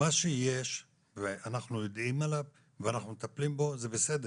מה שיש ואנחנו יודעים עליו ואנחנו מטפלים בו זה בסדר,